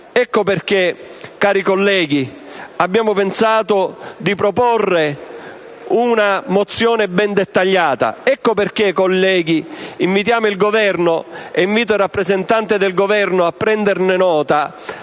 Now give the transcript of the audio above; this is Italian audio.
Per questo, cari colleghi, abbiamo pensato di proporre una mozione ben dettagliata. Ecco perché, colleghi, invitiamo il Governo - e invito il rappresentante del Governo a prenderne nota